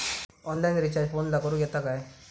Online recharge फोनला करूक येता काय?